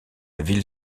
ville